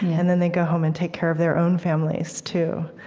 and then they go home and take care of their own families, too.